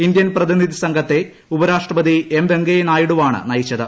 Indian പ്രതിനിധി സംഘത്തെ ഉപരാഷ്ട്രപതി എം വെങ്കയ്യ നായിഡുവാണ് നയിച്ചത്